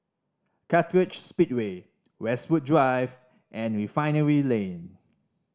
Kartright Speedway Westwood Drive and Refinery Lane